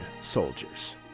soldiers